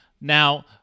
Now